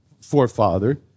forefather